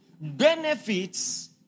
benefits